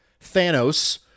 Thanos